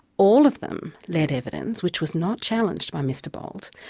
all of them led evidence, which was not challenged by mr bolt,